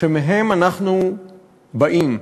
שמהן אנחנו באים,